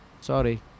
sorry